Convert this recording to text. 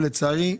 ולצערי,